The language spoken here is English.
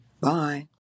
Bye